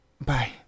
Bye